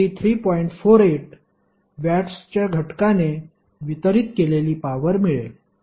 48 वॅट्सच्या घटकाने वितरित केलेली पॉवर मिळेल